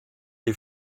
les